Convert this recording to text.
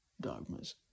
dogmas